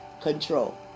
control